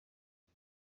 ati